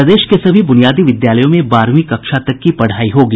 प्रदेश के सभी बुनियादी विद्यालयों में बारहवीं कक्षा तक की पढ़ाई होगी